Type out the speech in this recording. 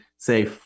say